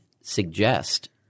suggest